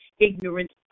ignorance